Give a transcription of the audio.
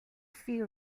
few